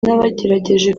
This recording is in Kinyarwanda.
n’abagerageje